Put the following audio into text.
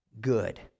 good